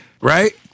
right